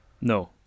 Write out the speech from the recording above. No